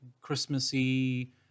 Christmassy